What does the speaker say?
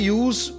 use